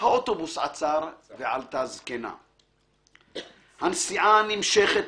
האוטובוס עצר ועלתה הזקנה./ הנסיעה נמשכת